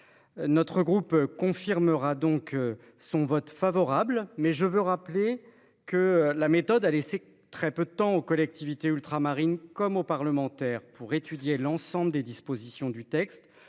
Notre groupe confirmera donc son vote favorable, mais je rappelle que la méthode a laissé peu de temps aux collectivités ultramarines et aux parlementaires pour étudier l’ensemble des dispositions du projet